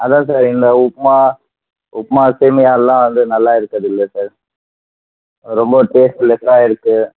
அதான் சார் இந்த உப்மா உப்மா சேமியாலாம் வந்து நல்லா இருக்கிறது இல்லை சார் ரொம்ப டேஸ்ட் லெஸ்ஸா இருக்கு